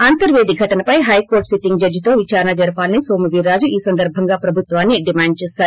అంతర్యేది ఘటనపై హైకోర్లు సిట్టింగ్ జడ్జితో విచారణ జరపాలని సోము వీరుజు ఈ సందర్బంగా ప్రభుత్వాన్ని ెడిమాండ్ చేశారు